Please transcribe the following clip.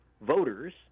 voters